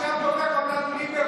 אני רוצה לראות איך אתה,